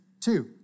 two